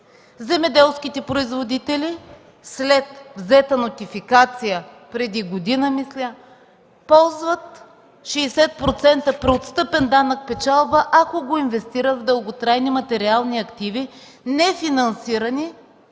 Земеделските производители след взета нотификация преди година, мисля, ползват 60% преотстъпен данък печалба, ако го инвестират в дълготрайни материални активи, нефинансирани